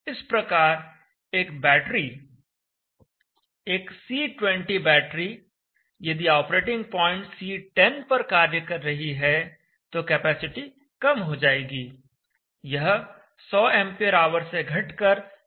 इस प्रकार एक बैटरी एक C20 बैटरी यदि ऑपरेटिंग प्वाइंट C10 पर कार्य कर रही है तो कैपेसिटी कम हो जाएगी यह 100 एंपियर आवर से घटकर 70 एंपियर ऑवर रह जाएगी